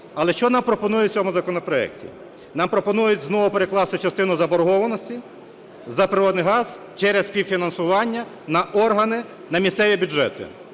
Але, що нам пропонують у цьому законопроекті? Нам пропонують знову перекласти частину заборгованості за природній газ через співфінансування на місцеві бюджети.